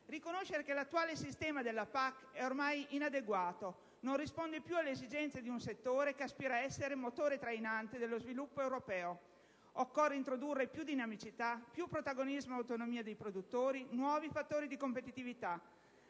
riconoscere che l'attuale sistema della PAC è ormai inadeguato, perché non risponde più alle esigenze di un settore che aspira ad essere motore trainante dello sviluppo europeo. Occorre introdurre più dinamicità, più protagonismo ed autonomia dei produttori, nuovi fattori di competitività.